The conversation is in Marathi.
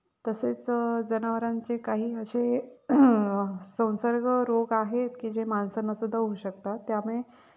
तसेच जनावरांचे काही असे संसर्ग रोग आहेत की जे माणसांनासुद्धा होऊ शकतात त्यामुळे